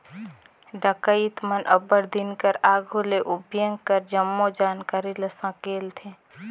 डकइत मन अब्बड़ दिन कर आघु ले ओ बेंक कर जम्मो जानकारी ल संकेलथें